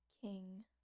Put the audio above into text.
King